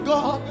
God